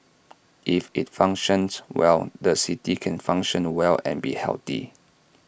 if IT functions well the city can function well and be healthy